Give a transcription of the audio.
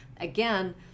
again